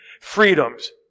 freedoms